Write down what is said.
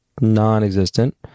non-existent